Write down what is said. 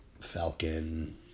Falcon